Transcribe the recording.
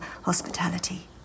hospitality